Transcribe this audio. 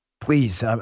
please